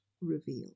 reveal